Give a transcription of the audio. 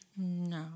No